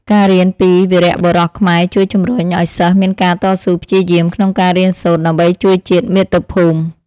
ការរៀនពីវីរបុរសខ្មែរជួយជំរុញឱ្យសិស្សមានការតស៊ូព្យាយាមក្នុងការរៀនសូត្រដើម្បីជួយជាតិមាតុភូមិ។